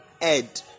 ed